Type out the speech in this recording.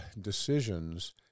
decisions